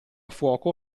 fuoco